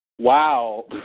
Wow